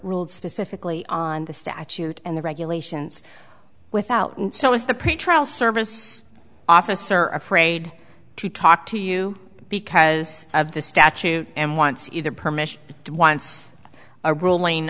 ruled specifically on the statute and the regulations without so is the pretrial service officer afraid to talk to you because of the statute and once either permission once a ruling